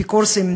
אפיקורסים,